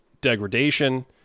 degradation